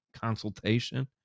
consultation